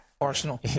Arsenal